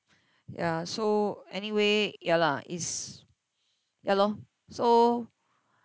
ya so anyway ya lah is ya lor so